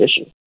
issue